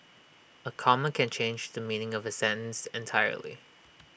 A comma can change the meaning of A sentence entirely